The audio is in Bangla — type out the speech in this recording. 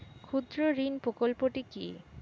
ক্ষুদ্রঋণ প্রকল্পটি কি?